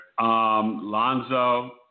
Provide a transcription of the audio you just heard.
Lonzo